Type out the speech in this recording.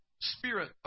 Spirit